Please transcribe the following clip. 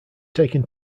taken